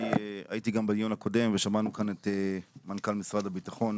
אני הייתי גם בדיון הקודם ושמענו כאן את מנכ"ל משרד הביטחון.